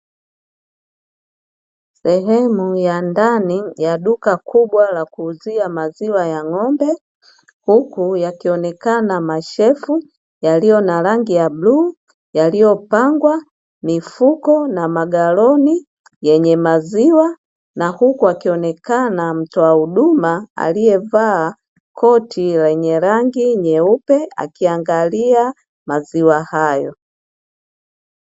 Sehemu ya ndani ya duka kubwa la kuuzia maziwa ya ng'ombe, huku yakionekana mashefu yaliyo na rangi ya bluu, yaliyopangwa mifuko na magaloni yenye maziwa, na huku wakionekana mtoa huduma aliyevaa koti lenye rangi nyeupe, akiangalia maziwa hayo.